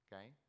okay